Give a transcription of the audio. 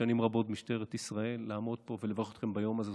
שנים רבות במשטרת ישראל ולברך אתכם ביום הזה,